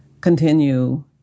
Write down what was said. continue